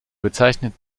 bezeichnet